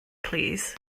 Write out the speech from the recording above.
plîs